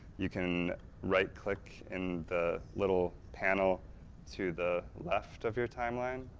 you can right-click in the little panel to the left of your timeline,